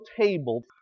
table